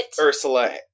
Ursula